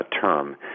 term